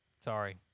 Sorry